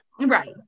Right